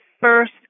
first